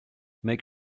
make